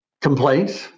complaints